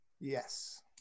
yes